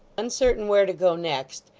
uncertain where to go next,